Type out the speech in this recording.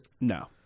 No